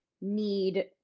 need